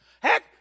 Heck